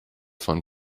von